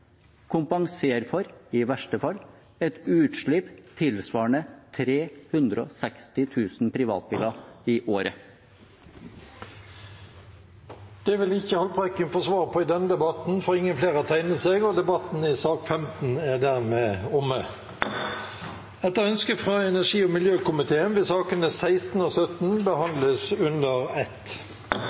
kompensere for i verste fall et utslipp tilsvarende 360 000 privatbiler i året? Det vil ikke Haltbrekken få svar på i denne debatten, for flere har ikke bedt om ordet til sak nr. 15. Etter ønske fra energi- og miljøkomiteen vil sakene nr. 16 og 17 behandles under ett.